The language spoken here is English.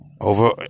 over